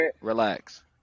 Relax